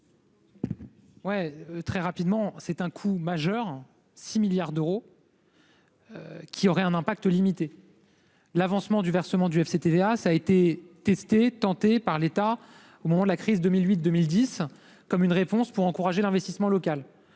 représenterait un coût majeur, 6 milliards d'euros, pour un effet limité. L'avancement du versement du FCTVA a été testé par l'État au moment de la crise de 2008 à 2010 comme une réponse pour encourager l'investissement local.